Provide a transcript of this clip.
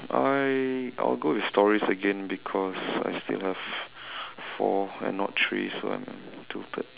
I I will go with stories again because I still have four and not three so I'm tilted